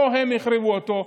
לא הם החריבו אותו,